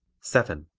seven.